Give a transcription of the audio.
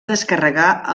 descarregar